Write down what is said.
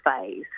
phase